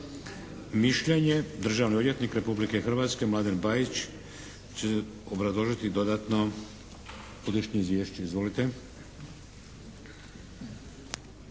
mišljenje. Državni odvjetnik Republike Hrvatske Mladen Bajić će obrazložiti dodatno godišnje izvješće. Izvolite!